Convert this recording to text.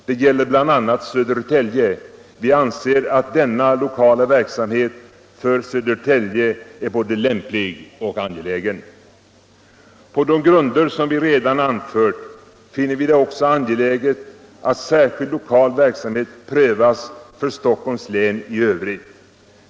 Det gäller bl.a. Södertälje. Vi anser att denna lokala verksamhet för Södertälje är både lämplig och angelägen. På de grunder som vi redan anfört finner vi det också angeläget att särskild lokal verksamhet prövas för Stockholms län i övrigt.